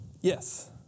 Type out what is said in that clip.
Yes